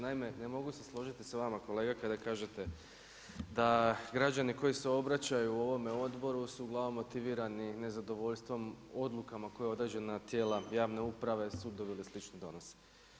Naime ne mogu se složiti sa vama kolega kada kažete da građani koji se obraćaju ovome odboru su uglavnom motivirani nezadovoljstvom odlukama koje određeno tijela javne uprave i sudovi ili slični donose.